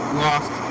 lost